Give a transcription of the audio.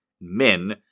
men